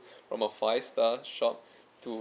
from a five star shop to